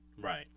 Right